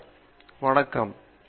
பேராசிரியர் பாபு விசுவநாதன் உந்துவிசை